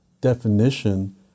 definition